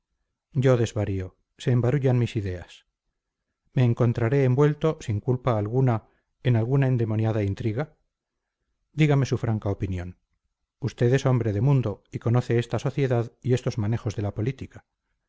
yo desvarío se embarullan mis ideas me encontraré envuelto sin culpa ninguna en alguna endemoniada intriga dígame su franca opinión usted es hombre de mundo y conoce esta sociedad y estos manejos de la política